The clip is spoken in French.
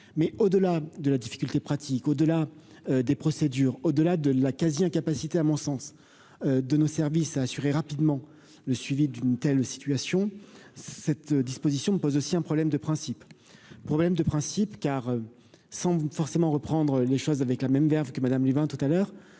mais au-delà de la difficulté pratique au-delà des procédures, au-delà de la quasi-incapacité à mon sens de nos services à assurer rapidement le suivi d'une telle situation, cette disposition pose aussi un problème de principe, problème de principe car sans forcément reprendre les choses avec la même verve que Madame tout à l'heure,